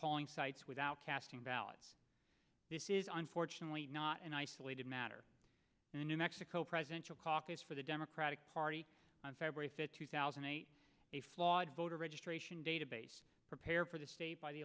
polling sites without casting ballots this is unfortunately not an isolated matter the new mexico presidential caucus for the democratic party on february fifth two thousand and eight a flawed voter registration database prepared for the state by the